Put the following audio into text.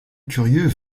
curieux